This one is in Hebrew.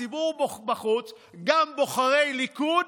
הציבור בחוץ, וגם בוחרי ליכוד,